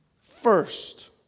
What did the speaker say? first